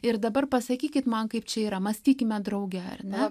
ir dabar pasakykit man kaip čia yra mąstykime drauge ar ne